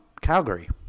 Calgary